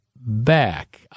back